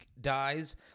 dies